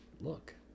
look